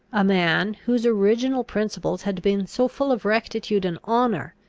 a man, whose original principles had been so full of rectitude and honour,